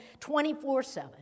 24-7